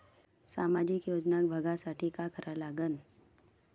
सामाजिक योजना बघासाठी का करा लागन?